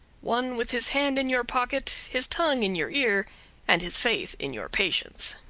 one with his hand in your pocket, his tongue in your ear and his faith in your patience.